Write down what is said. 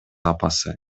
апасы